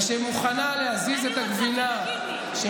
אני רוצה שתגיד לי.